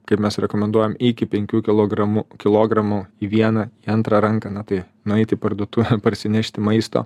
kaip mes rekomenduojam iki penkių kilogramu kilogramų į vieną į antrą ranką na tai nueit į parduotuvę parsinešti maisto